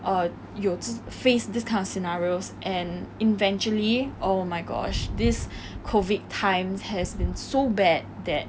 err 有 face this kind of scenarios and eventually oh my gosh this COVID times has been so bad that